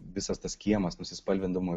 visas tas kiemas nusispalvindavo